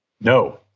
No